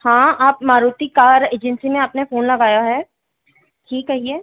हाँ आप Maruti car agency में अपने फ़ोन लगाया है जी कहिए